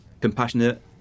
compassionate